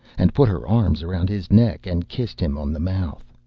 and put her arms around his neck and kissed him on the mouth.